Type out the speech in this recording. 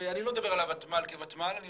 ואני לא מדבר על הוותמ"ל כוותמ"ל אלא אני